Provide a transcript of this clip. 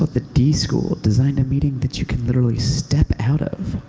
the d school designed a meeting that you can literally step out of